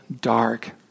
dark